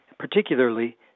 particularly